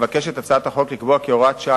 הצעת החוק נועדה לקבוע כי הוראת השעה